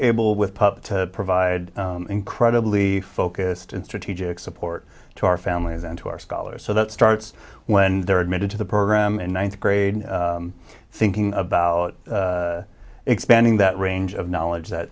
able with pup to provide incredibly focused and strategic support to our families and to our scholars so that starts when they're admitted to the program and ninth grade thinking about expanding that range of knowledge that